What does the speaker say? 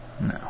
No